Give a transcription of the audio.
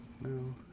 No